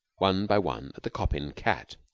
one by one, at the coppin cat,